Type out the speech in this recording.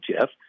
Jeff